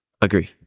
Agree